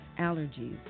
allergies